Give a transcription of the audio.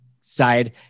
side